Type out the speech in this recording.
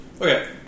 Okay